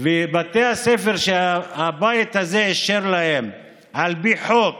בתי הספר שהבית הזה אישר להם על פי חוק